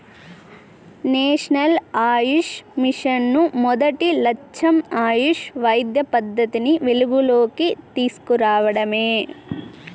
national AYUSH mission మొదటి లచ్చెం ఆయుష్ వైద్య పద్దతిని వెలుగులోనికి తీస్కు రావడమే